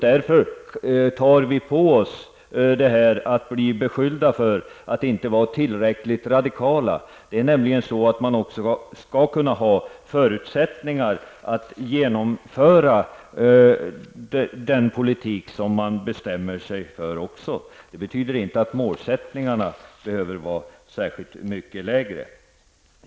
Därför tar vi på oss risken att bli beskyllda för att inte vara tillräckligt radikala. Man skall nämligen också kunna ha förutsättningar för att kunna genomföra den politik som man bestämmer sig för. Det betyder inte att målsättningarna behöver skilja sig åt särskilt mycket.